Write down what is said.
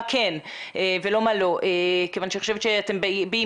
מה כן ולא מה לא כיוון שאני חושבת שאתם באים